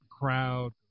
crowd